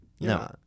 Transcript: No